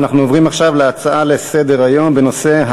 אנחנו עוברים עכשיו להצעות לסדר-היום בנושא: